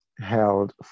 held